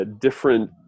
different